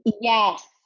yes